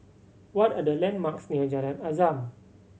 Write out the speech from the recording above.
what are the landmarks near Jalan Azam